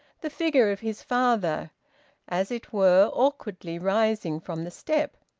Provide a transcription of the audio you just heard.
the figure of his father as it were awkwardly rising from the step.